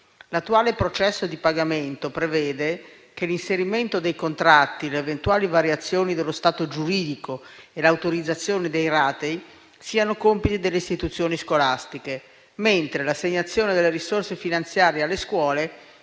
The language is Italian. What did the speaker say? L'attuale processo di pagamento prevede che l'inserimento dei contratti, le eventuali variazioni dello stato giuridico e l'autorizzazione dei ratei siano compiti delle istituzioni scolastiche, mentre l'assegnazione delle risorse finanziarie alle scuole